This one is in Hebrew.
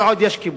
כל עוד יש כיבוש,